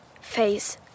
face